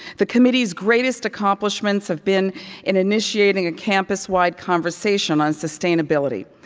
the committee's greatest accomplishments have been in initiating a campuswide conversation on sustainability,